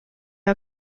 are